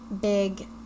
big